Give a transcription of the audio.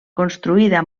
construïda